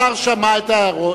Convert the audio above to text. השר שמע את ההערות.